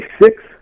six